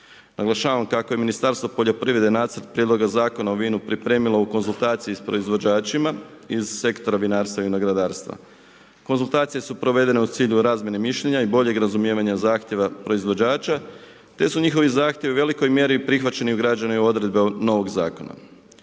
Naglašavam kako je Ministarstvo poljoprivrede Nacrt prijedloga Zakona o vinu pripremilo u konzultaciji sa proizvođačima iz sektora vinarstva i vinogradarstva. Konzultacije su provedene u cilju razmjene mišljenja i boljeg razumijevanja zahtjeva proizvođača te su njihovi zahtjevi u velikoj mjeri prihvaćeni i ugrađeni u odredbe novog zakona.